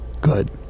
Good